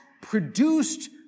produced